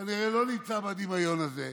כנראה לא נמצא בדמיון הזה.